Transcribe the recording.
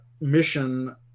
mission